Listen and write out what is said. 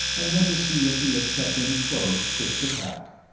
and went to see if he had kept any clothes fit to pack.